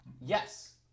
Yes